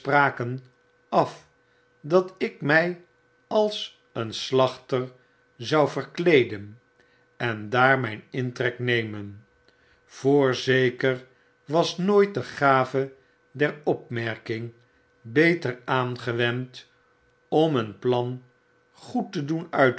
af dat ik my als een slachter zou verkleeden en daar myn intrek nemen yoorzeker was nooit de gave deropmerking beter aangewend om een plan goed te doen